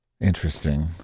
interesting